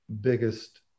biggest –